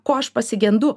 ko aš pasigendu